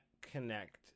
connect